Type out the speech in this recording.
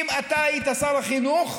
אם אתה היית שר החינוך,